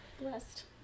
Blessed